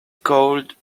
could